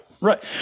right